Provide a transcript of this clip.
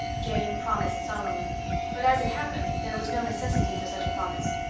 jane promised solemnly but, as it happened, there was no necessity for such a promise.